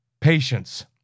patience